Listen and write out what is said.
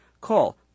Call